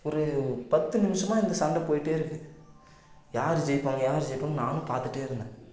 ஒரு பத்து நிமிஷமாக இந்த சண்டை போயிட்டே இருக்கு யார் ஜெயிப்பாங்க யார் ஜெயிப்பாங்கன்னு நானும் பார்த்துட்டே இருந்தேன்